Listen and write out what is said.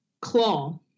Claw